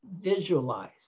Visualize